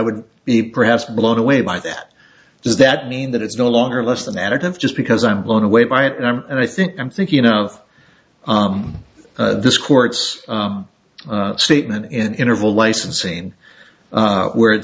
would be perhaps blown away by that does that mean that it's no longer less than additive just because i'm blown away by it and i'm and i think i'm thinking of this court's statement in interval licensing where it